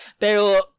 Pero